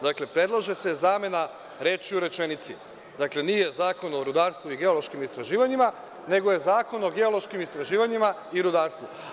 Dakle predlaže se zamena reči u rečenici, nije Zakon o rudarstvu i geološkim istraživanjima, nego je Zakon o geološkim istraživanjima i rudarstvu.